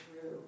true